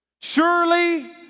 Surely